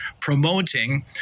promoting